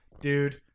Dude